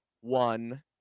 one